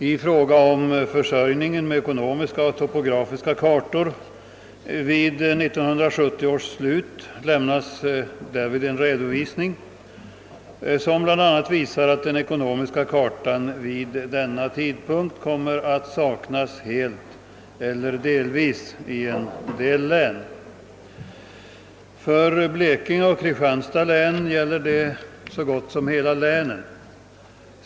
I fråga om försörjningen med ekonomiska och topografiska kartor vid 1970 års slut lämnas därvid en redovisning, av vilken bl.a. framgår att den ekonomiska kartan vid denna tidpunkt kommer att saknas helt eller delvis i en del län. För Blekinge och Kristianstads län gäller detta så gott som hela länen.